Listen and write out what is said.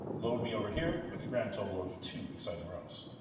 load me over here with the grand total of two exciting rows.